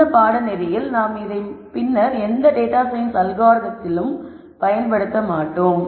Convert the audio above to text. இந்த பாடநெறியில் நாம் இதை பின்னர் எந்த டேட்டா சயின்ஸ் அல்காரிதத்தில் பயன்படுத்த மாட்டோம்